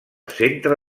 centre